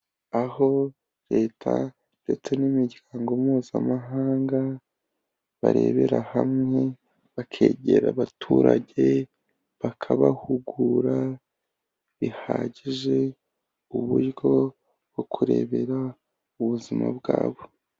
Aho leta ndetse n'imiryango mpuzamahanga, barebera hamwe bakegera abaturage, bakabahugura bihagije, uburyo bwo kurebera ubuzima bwabo.